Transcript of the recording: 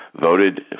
voted